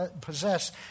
possess